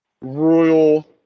royal